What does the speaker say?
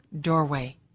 doorway